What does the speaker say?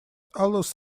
allows